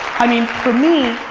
i mean, for me,